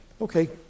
Okay